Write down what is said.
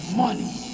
money